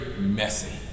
messy